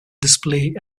display